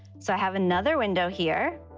so i have another window here,